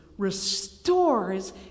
restores